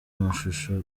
amashusho